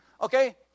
Okay